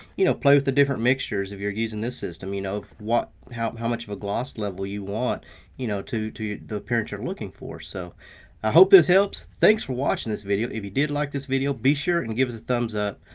you know play with the different mixtures. if you're using this system, you know how how much of a gloss level you want you know to to the appearance you're looking for. so i hope this helps. thanks for watching this video. if you did like this video, be sure and give us a thumbs up,